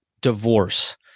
divorce